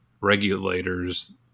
regulators